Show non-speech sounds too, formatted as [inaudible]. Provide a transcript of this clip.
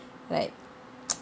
like [noise]